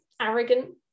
arrogant